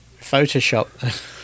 Photoshop